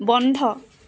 বন্ধ